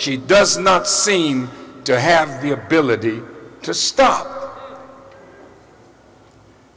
she does not seem to have the ability to stop